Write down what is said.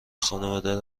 خانواده